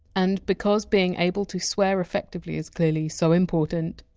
and because being able to swear effectively is clearly so important,